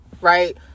right